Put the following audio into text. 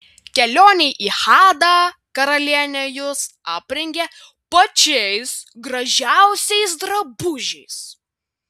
kelionei į hadą karalienė jus aprengė pačiais gražiausiais drabužiais